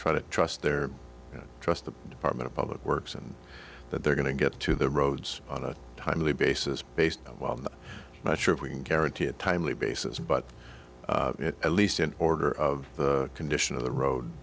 try to trust their trust the department of public works and that they're going to get to the roads on a timely basis based on well i'm not sure we can guarantee a timely basis but at least an order of the condition of the road